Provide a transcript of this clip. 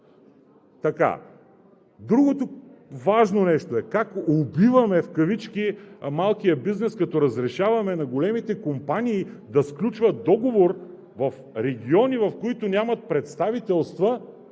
обекта. Другото важно нещо е: как „убиваме“ малкия бизнес, като разрешаваме на големите компании да сключват договор в региони, в които нямат представителства,